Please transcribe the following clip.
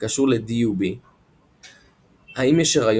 כמו גם רמות טסטוסטרון והורמונים אנדרוגנים נוספים.